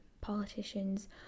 politicians